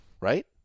right